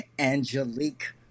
Angelique